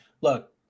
look